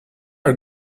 are